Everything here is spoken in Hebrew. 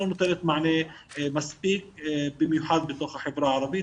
נותנת מענה מספיק במיוחד בתוך החברה הערבית,